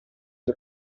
che